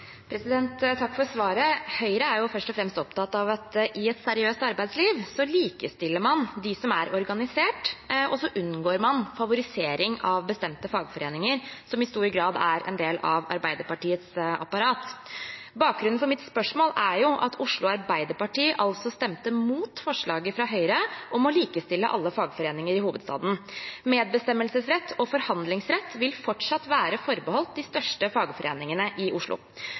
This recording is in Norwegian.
Takk for svaret. Høyre er først og fremst opptatt av at i et seriøst arbeidsliv likestiller man dem som er organisert, og så unngår man favorisering av bestemte fagforeninger, som i stor grad er en del av Arbeiderpartiets apparat. Bakgrunnen for mitt spørsmål er at Oslo Arbeiderparti stemte mot forslaget fra Høyre om å likestille alle fagforeninger i hovedstaden. Medbestemmelsesrett og forhandlingsrett vil fortsatt være forbeholdt de største fagforeningene i Oslo.